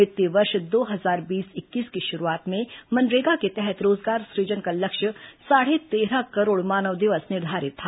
वित्तीय वर्ष दो हजार बीस इक्कीस की शुरूआत में मनरेगा के तहत रोजगार सृजन का लक्ष्य साढ़े तेरह करोड़ मानव दिवस निर्धारित था